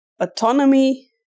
autonomy